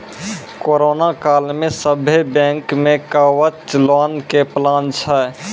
corona काल मे सभ्भे बैंक मे कवच लोन के प्लान छै